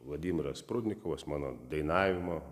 vladimiras prudnikovas mano dainavimo